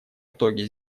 итоге